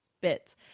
bits